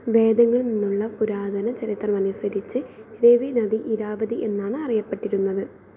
വേദങ്ങളിൽ നിന്നുള്ള പുരാതന ചരിത്രമനുസരിച്ച് രവി നദി ഇരാവതി എന്നാണ് അറിയപ്പെട്ടിരുന്നത്